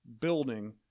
building